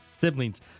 siblings